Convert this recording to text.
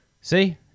See